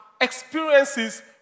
experiences